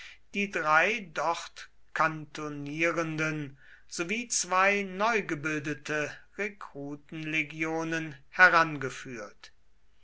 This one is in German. die drei dort kantonnierenden sowie zwei neugebildete rekrutenlegionen herangeführt